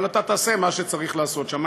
אתה תעשה מה שצריך לעשות שם.